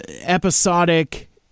episodic